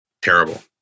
Terrible